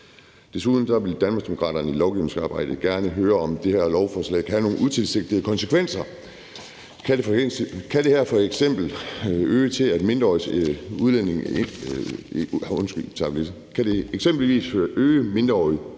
Desuden vil Danmarksdemokraterne i lovgivningsarbejdet gerne høre, om det her lovforslag kan have nogle utilsigtede konsekvenser. Kan det f.eks. øge mindreårige udlændinges incitament